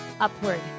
upward